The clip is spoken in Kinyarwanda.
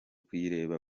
kuyireba